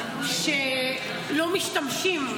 שלא משתמשים,